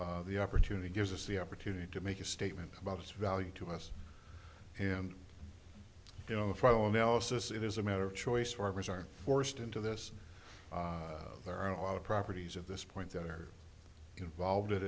the opportunity gives us the opportunity to make a statement about its value to us and you know the final analysis it is a matter of choice farmers are forced into this there are a lot of properties of this point that are involved